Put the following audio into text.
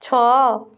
ଛଅ